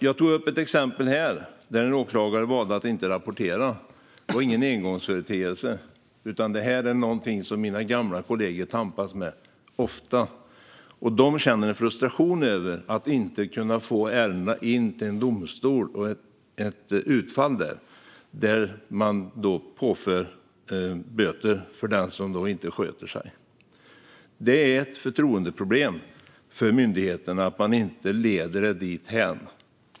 Jag tog upp ett exempel där en åklagare valde att inte rapportera. Det var ingen engångsföreteelse, utan detta är något som mina gamla kollegor ofta tampas med. De känner en frustration över att ärendena inte går till domstol och får ett utfall där så att böter utdöms för den som inte sköter sig. Det är ett förtroendeproblem för myndigheten att man inte leder det dithän.